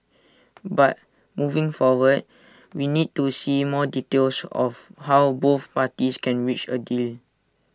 but moving forward we need to see more details of how both parties can reach A deal